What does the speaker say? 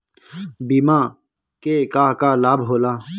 बिमा के का का लाभ होला?